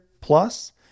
plus